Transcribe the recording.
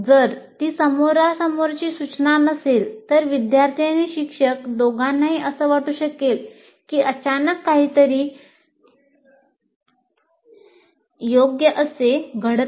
जर ती समोरासमोरची सूचना नसेल तर विद्यार्थी आणि शिक्षक दोघांनाही असं वाटू शकेल की अचानक काहीतरी योग्य असे घडत नाही